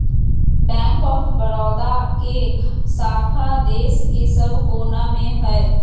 bank of Baroda के शाखा देश के सब कोना मे हय